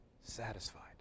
satisfied